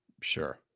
Sure